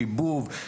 שיבוב,